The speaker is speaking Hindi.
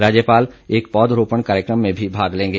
राज्यपाल एक पौधारोपण कार्यक्रम में भी भाग लेंगे